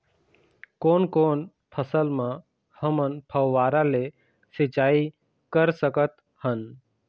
कोन कोन फसल म हमन फव्वारा ले सिचाई कर सकत हन?